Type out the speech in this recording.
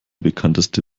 bekannteste